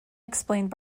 explained